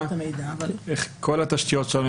כל התשתיות שלנו,